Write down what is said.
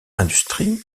industrie